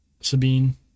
Sabine